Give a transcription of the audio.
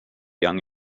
young